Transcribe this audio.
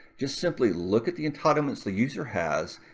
just simply look at the entitlements the user has,